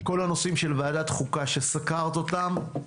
כל הנושאים של ועדת חוקה שסקרת אותם,